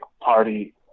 party